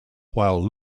while